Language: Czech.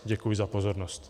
Děkuji za pozornost.